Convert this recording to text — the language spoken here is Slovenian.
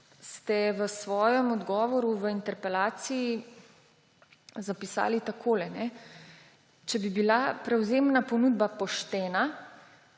V svojem odgovoru na interpelacijo ste zapisali takole: »Če bi bila prevzemna ponudba poštena